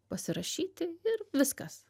pasirašyti ir viskas